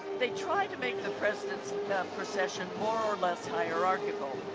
they try to make the president's procession more or less hierarchal.